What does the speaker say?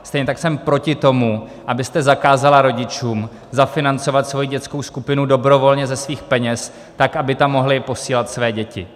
Stejně tak jsem proti tomu, abyste zakázala rodičům zafinancovat svoji dětskou skupinu dobrovolně ze svých peněz, tak aby tam mohli posílat své děti.